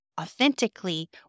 authentically